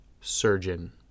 surgeon